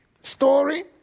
story